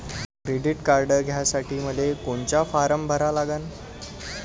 Credit card घ्यासाठी मले कोनचा फारम भरा लागन?